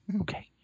Okay